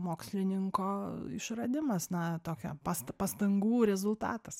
mokslininko išradimas na tokia pasta pastangų rezultatas